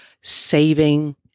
saving